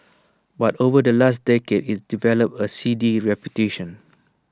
but over the last decade IT developed A seedy reputation